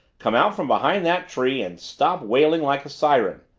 come out from behind that tree and stop wailing like a siren.